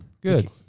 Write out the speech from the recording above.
good